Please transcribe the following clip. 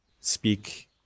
speak